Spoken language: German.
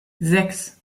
sechs